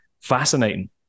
fascinating